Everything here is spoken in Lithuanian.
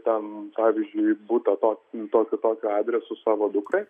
ten pavyzdžiui butą tokiu tokiu tokiu adresu savo dukrai